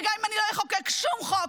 וגם אם אני לא אחוקק שום חוק,